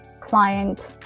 client